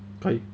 okay